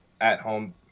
at-home